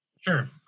Sure